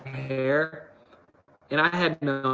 hair and i had no